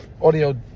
audio